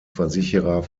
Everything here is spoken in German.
versicherer